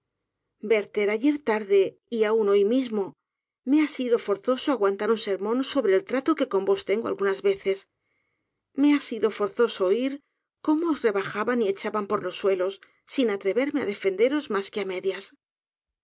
warther ayer tardej y aun hoy mismo me ha sido forzoso aguantar un sermón sobre el trato qmj con vos tengo algunas veces mp ha sido fp rzoso oii cómo os rebajaban y echaban por los suelos sin atreverme á defenderos mas que á medias